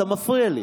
אתה מפריע לי.